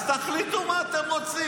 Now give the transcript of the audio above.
אז תחליטו מה אתה רוצים.